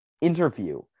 interview